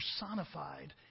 personified